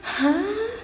!huh!